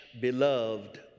beloved